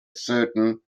certain